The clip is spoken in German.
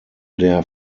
der